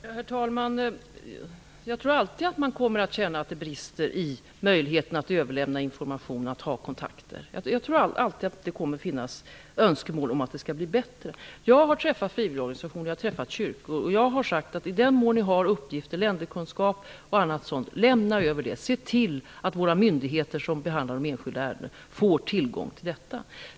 Herr talman! Jag tror alltid att man kommer att känna att det brister i möjligheten att överlämna information och ha kontakter. Jag tror att det alltid kommer att finnas önskemål om att det skall bli bättre. Jag har träffat representanter för frivilligorganisationer och kyrkor. Jag har sagt till dem att de, i den mån de har uppgifter, länderkunskap och annat, skall lämna över dem. Jag har bett dem att se till att våra myndigheter som behandlar de enskilda ärendena får tillgång till detta.